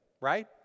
right